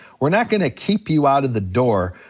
we're not gonna keep you out of the door,